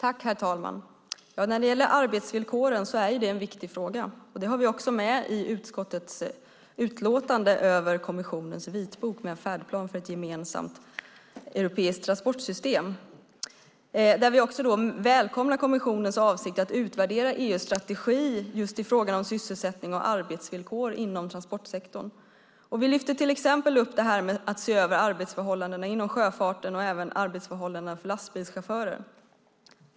Herr talman! Arbetsvillkoren är en viktig fråga. Det har vi också med i utskottets utlåtande över kommissionens vitbok med en färdplan för ett gemensamt europeiskt transportsystem. Vi välkomnar där kommissionens avsikt att utvärdera EU:s strategi just i fråga om sysselsättning och arbetsvillkor inom transportsektorn. Vi lyfter till exempel upp behovet att se över arbetsförhållandena inom sjöfarten och även arbetsförhållandena för lastbilschaufförer.